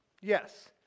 Yes